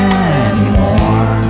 anymore